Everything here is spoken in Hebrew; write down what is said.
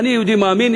אני יהודי מאמין,